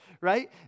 right